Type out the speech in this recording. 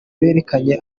berekanye